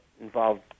involved